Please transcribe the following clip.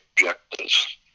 objectives